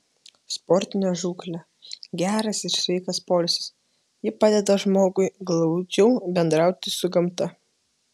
sportinė žūklė geras ir sveikas poilsis ji padeda žmogui glaudžiau bendrauti su gamta